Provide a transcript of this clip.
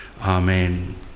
Amen